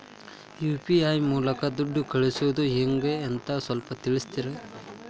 UPI ಮೂಲಕ ದುಡ್ಡು ಕಳಿಸೋದ ಹೆಂಗ್ ಅಂತ ಸ್ವಲ್ಪ ತಿಳಿಸ್ತೇರ?